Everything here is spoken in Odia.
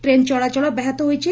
ଟ୍ରେନ୍ ଚଳାଚଳ ବ୍ୟାହତ ହୋଇଛି